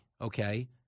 okay